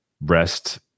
rest